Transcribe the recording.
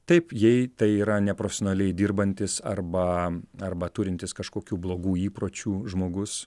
taip jei tai yra neprofesionaliai dirbantis arba arba turintis kažkokių blogų įpročių žmogus